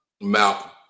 Malcolm